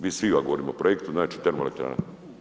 VisViva govorimo o projektu, znači termoelektrana.